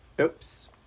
Oops